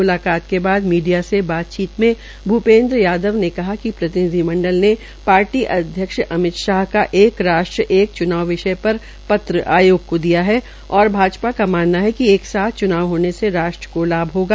मुलाकात के बाद मीडिया से बातचीत मे भूपेन्द्र यादव ने कहा कि प्रतिनिधि मंडल ने पार्टी अध्यक्ष अमित शाह का एक राष्ट्र एक चुनाव विषय पर पत्र आयोग को दिया है और भाजपा का मानना है कि एक साथ च्नाव होने से राष्ट्र को लाभ होगा